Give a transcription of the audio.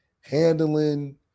handling